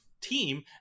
team